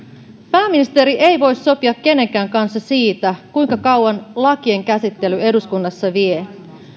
pääministeri ei voi sopia kenenkään kanssa siitä kuinka kauan lakien käsittely eduskunnassa vie